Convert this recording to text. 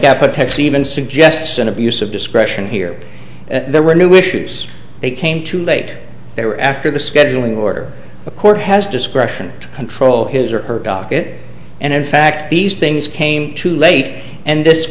that protects even suggests an abuse of discretion here there were new issues they came too late they were after the scheduling order a court has discretion to control his or her docket and in fact these things came too late and this